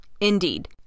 Indeed